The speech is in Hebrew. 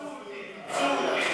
אילצו אותי,